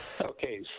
Okay